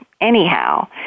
anyhow